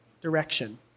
direction